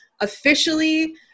officially